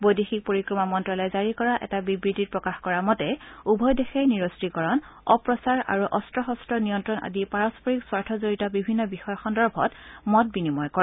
বৈদেশিক পৰিক্ৰমা মন্ত্ৰালয়ে জাৰি কৰা এটা বিবৃতিত প্ৰকাশ কৰা মতে উভয় দেশে নিৰস্ত্ৰীকৰণ অপ্ৰচাৰ আৰু অস্ত্ৰ শস্ত্ৰ নিয়ন্ত্ৰণ আদি পাৰস্পৰিক স্বাৰ্থজড়িত বিভিন্ন বিষয় সন্দৰ্ভত মত বিনিময় কৰে